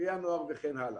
ינואר וכן הלאה.